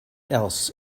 else